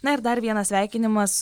na ir dar vienas sveikinimas